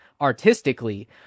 artistically